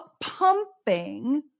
pumping